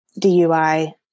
DUI